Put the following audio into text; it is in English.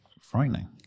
frightening